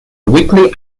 weekly